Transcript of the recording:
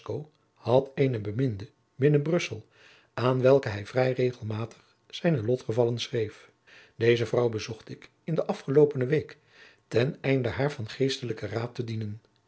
had eene beminde binnen brussel aan welke hij vrij regelmatig zijne lotgevallen schreef deze vrouw bezocht ik in de afgeloopene week ten einde haar van geestelijken raad te dienen